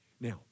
Now